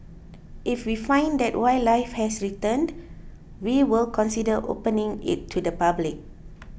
if we find that wildlife has returned we will consider opening it to the public